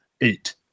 eight